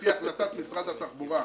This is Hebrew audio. לפי החלטת משרד התחבורה.